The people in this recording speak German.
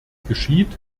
geschieht